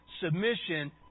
submission